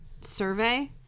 survey